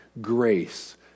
grace